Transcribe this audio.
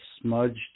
smudged